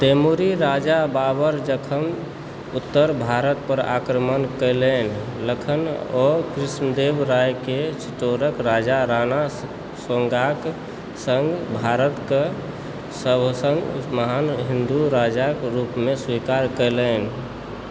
तैमूरी राजा बाबर जखन उत्तर भारत पर आक्रमण कएलनि तखन ओ कृष्णदेवरायके चित्तौरके राजा राणा साँगाक सङ्ग भारतके सभसँ महान हिन्दू राजाके रूपमे स्वीकार कएलनि